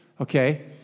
Okay